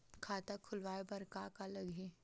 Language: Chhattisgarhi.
खाता खुलवाय बर का का लगही?